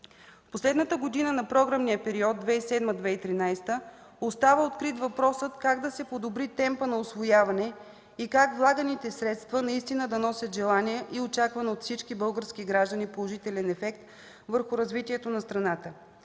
последната година на програмния период 2007-2013 г., остава открит въпросът как да се подобри темпът на усвояване и как влаганите средства наистина да носят желания и очакван от всички български граждани положителен ефект върху развитието на страната.